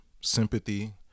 sympathy